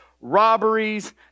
robberies